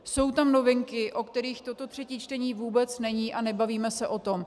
Jsou tam novinky, o kterých toto třetí čtení vůbec není, a nebavíme se o tom.